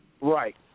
Right